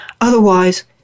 Otherwise